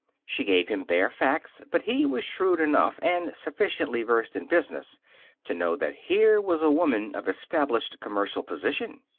she gave him bare facts, but he was shrewd enough and sufficiently versed in business to know that here was a woman of established commercial position.